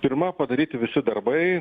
pirma padaryti visi darbai